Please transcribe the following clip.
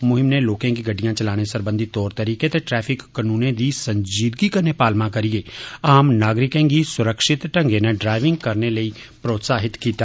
मुहिम नै लोकें गी गड़िडयां चलाने सरबंधी तौर तरीके ते ट्रैफिक कानूने दी संजीदगी कन्नै पालमा करियै आम नागरिके गी सुरक्षित ढंग्गै नै ड्राईविंग करने लेई प्रोत्साहित कीता